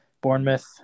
Bournemouth